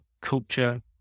culture